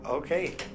Okay